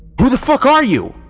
who the fuck are you!